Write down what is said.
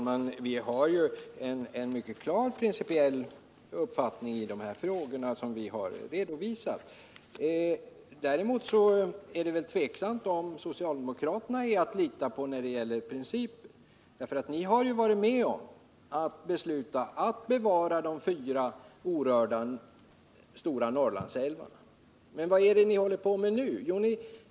Fru talman! Vi har en mycket klar principiell uppfattning i de här frågorna, vilken vi har redovisat. Däremot är det väl tveksamt om socialdemokraterna är att lita på när det gäller principen. Ni har ju varit med om att besluta bevara de fyra stora orörda Norrlandsälvarna, men vad är det ni håller på med nu?